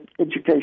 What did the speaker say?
education